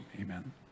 amen